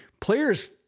players